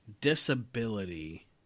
disability